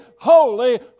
holy